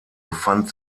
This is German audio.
befand